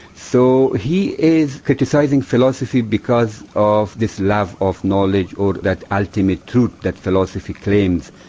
so he is criticising philosophy because of this love of knowledge, or that ultimate truth that philosophy claims.